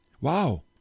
Wow